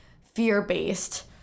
fear-based